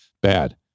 bad